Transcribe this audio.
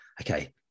okay